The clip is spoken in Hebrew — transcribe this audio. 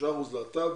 3 אחוזים להט"ב